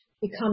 become